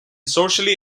socially